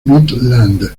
midland